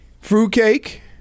Fruitcake